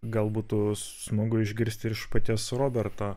gal būtų smagu išgirsti ir iš paties roberto